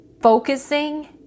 Focusing